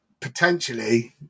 potentially